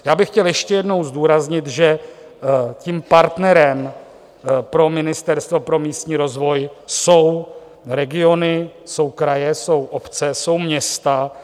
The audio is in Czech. Já bych chtěl ještě jednou zdůraznit, že partnerem pro Ministerstvo pro místní rozvoj jsou regiony, jsou kraje, jsou obce, jsou města.